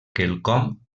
quelcom